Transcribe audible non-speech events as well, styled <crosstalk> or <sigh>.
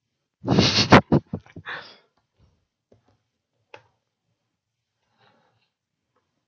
<laughs>